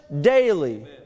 daily